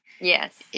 Yes